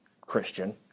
Christian